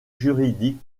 juridiques